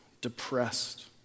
depressed